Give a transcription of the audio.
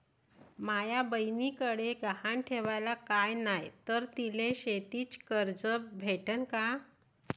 माया बयनीकडे गहान ठेवाला काय नाही तर तिले शेतीच कर्ज भेटन का?